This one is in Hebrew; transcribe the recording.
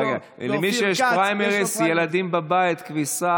שוב נשמע דברי שבח של יושב-ראש ועדת הכלכלה חבר הכנסת מיכאל ביטון.